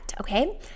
okay